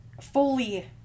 fully